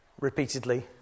Repeatedly